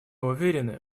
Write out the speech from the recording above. уверены